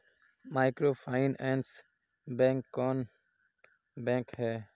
Microfinance bank कौन bank है?